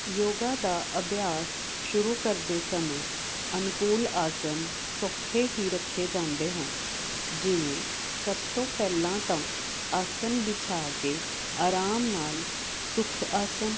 ਯੋਗਾ ਦਾ ਅਭਿਆਸ ਸ਼ੁਰੂ ਕਰਦੇ ਸਮੇਂ ਅਨੁਕੂਲ ਆਸਨ ਸੌਖੇ ਹੀ ਰੱਖੇ ਜਾਂਦੇ ਹਨ ਜਿਵੇਂ ਸਭ ਤੋਂ ਪਹਿਲਾਂ ਤਾਂ ਆਸਨ ਵਿਛਾ ਕੇ ਆਰਾਮ ਨਾਲ ਸੁੱਖ ਆਸਨ